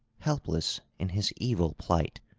helpless in his evil plight.